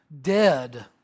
dead